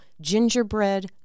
gingerbread